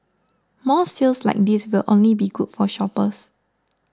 more sales like these will only be good for shoppers